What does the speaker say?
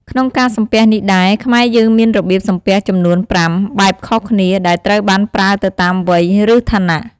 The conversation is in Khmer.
ក្នុងការសំពះនេះដែរ ខ្មែរយើងមានរបៀបសំពះចំនួនប្រាំបែបខុសគ្នា ដែលត្រូវបានប្រើទៅតាមវ័យ ឬឋានៈ។